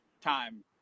time